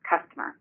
customer